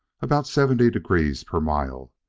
about seventy degrees per mile.